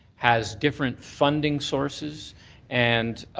has different funding sources and